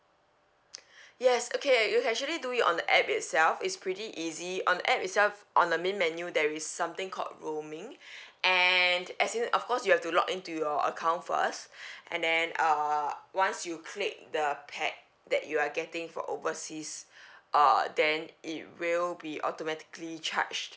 yes okay you can actually do it on the app itself it's pretty easy on the app itself on the main menu there is something called roaming and as in of course you have to log in to your account first and then err once you click the a pack that you are getting for overseas err then it will be automatically charged